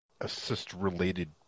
assist-related